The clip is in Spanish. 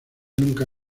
nunca